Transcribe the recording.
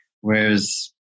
Whereas